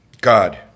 God